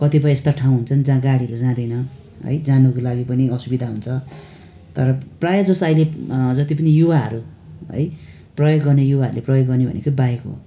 कतिपय यस्ता ठाउँ हुन्छन् जहाँ गाडीहरू जाँदैन है जानुको लागि पनि असुविधा हुन्छ तर प्रायः जस्तो अहिइले जति पनि युवाहरू है प्रयोग गर्ने युवाहरूले प्रयोग गर्ने भनेको बाइक हो